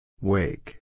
Wake